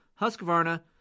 Husqvarna